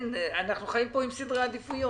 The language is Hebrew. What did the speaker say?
אנחנו חיים פה עם סדרי עדיפויות.